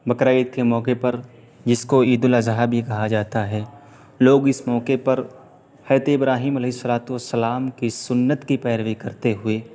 بقرعید کے موقعے پر جس کو عید الاضحیٰ بھی کہا جاتا ہے لوگ اس موقعے پر حضرت ابراہیم علیہ السلاۃ والسلام کی سنّت کی پیروی کرتے ہوئے